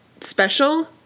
special